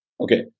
Okay